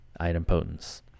idempotence